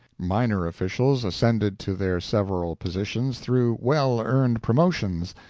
minor officials ascended to their several positions through well-earned promotions,